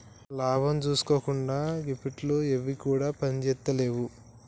లాభం జూసుకోకుండ గిప్పట్ల ఎవ్విగుడ పనిజేత్తలేవు